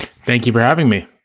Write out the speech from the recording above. thank you for having me.